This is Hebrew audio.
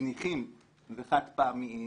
זניחים וחד-פעמיים